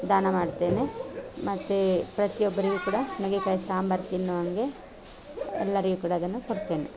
ದಾನ ಮಾಡುತ್ತೇನೆ ಮತ್ತು ಪ್ರತಿಯೊಬ್ಬರಿಗು ಕೂಡ ನುಗ್ಗೆಕಾಯಿ ಸಾಂಬಾರು ತಿನ್ನೋ ಹಂಗೆ ಎಲ್ಲರಿಗು ಕೂಡ ಅದನ್ನು ಕೊಡ್ತೇನೆ